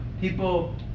people